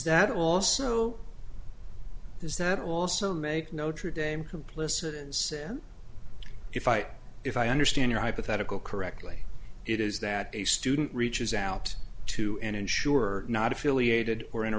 that also is that also make notre dame complicit in sin if i if i understand your hypothetical correctly it is that a student reaches out to an insurer not affiliated or in a